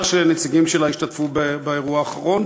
שנציגים שלה השתתפו באירוע האחרון,